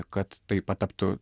kad tai pataptų